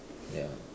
ya